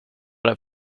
det